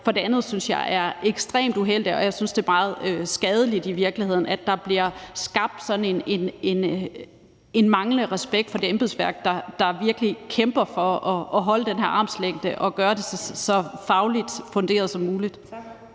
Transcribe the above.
være. Det andet synes jeg er ekstremt uheldigt, og jeg synes i virkeligheden, at det er meget skadeligt, at der bliver skabt sådan en manglende respekt for det embedsværk, der virkelig kæmper for at holde den her armslængde og gøre det så fagligt funderet som muligt.